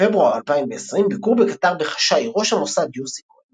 בפברואר 2020 ביקרו בקטר בחשאי ראש המוסד יוסי כהן